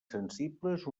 sensibles